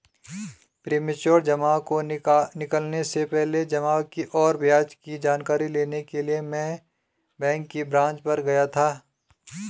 premature जमा को निकलने से पहले जमा और ब्याज की जानकारी लेने के लिए मैं बैंक की ब्रांच पर गया था